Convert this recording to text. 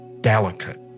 delicate